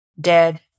Dead